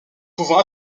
pouvant